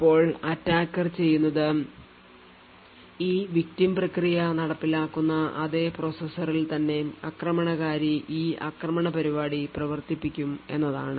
ഇപ്പോൾ attacker ചെയ്യുന്നത് ഈ victim പ്രക്രിയ നടപ്പിലാക്കുന്ന അതേ പ്രോസസ്സറിൽ തന്നെ ആക്രമണകാരി ഈ ആക്രമണ പരിപാടി പ്രവർത്തിപ്പിക്കും എന്നതാണ്